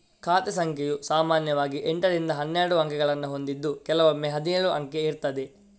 ಖಾತೆ ಸಂಖ್ಯೆಯು ಸಾಮಾನ್ಯವಾಗಿ ಎಂಟರಿಂದ ಹನ್ನೆರಡು ಅಂಕಿಗಳನ್ನ ಹೊಂದಿದ್ದು ಕೆಲವೊಮ್ಮೆ ಹದಿನೇಳು ಅಂಕೆ ಇರ್ತದೆ